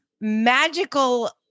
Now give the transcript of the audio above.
magical